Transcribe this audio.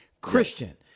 Christian